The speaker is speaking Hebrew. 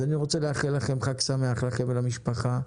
אז אני רוצה לאחל לכם חג שמח לכם ולמשפחה,